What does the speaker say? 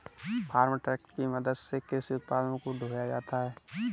farm truck की मदद से कृषि उत्पादों को ढोया जाता है